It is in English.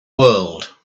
world